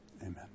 Amen